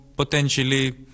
Potentially